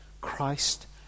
Christ